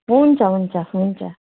हुन्छ हुन्छ हुन्छ